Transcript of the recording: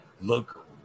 look